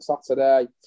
Saturday